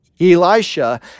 Elisha